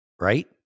right